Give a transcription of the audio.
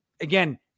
again